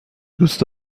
دوست